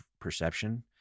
perception